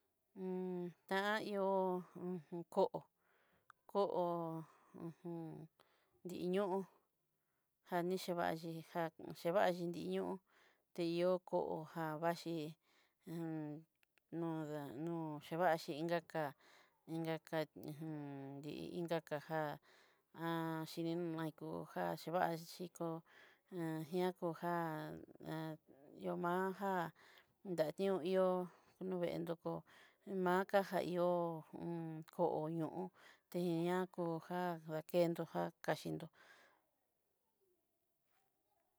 ta ó, uj ko'o, ko'o dikiño'o janixhivaxhí jani xhivachi ñó'o, eyokó ja vaxhí en no'da no'o xevaxhí, inkaka inkaka di inkakaja ini naikó jaxhivaichi dikó ñakoján a yomajá nayió ihó noveen dokó maja a ihó, ko ñó'o te ña kojá kajendoka kaxhindó.